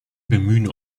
bemühen